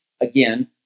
again